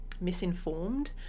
misinformed